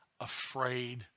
afraid